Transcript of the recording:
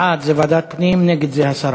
בעד זה ועדת הפנים, נגד זה הסרה.